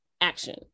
action